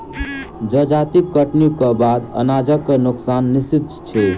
जजाति कटनीक बाद अनाजक नोकसान निश्चित अछि